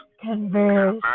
Converse